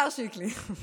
השר שיקלי,